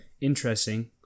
interesting